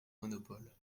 monopole